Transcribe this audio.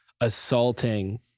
assaulting